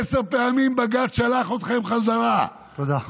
עשר פעמים בג"ץ שלח אתכם חזרה, תודה.